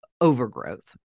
overgrowth